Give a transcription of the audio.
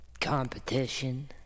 competition